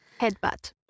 headbutt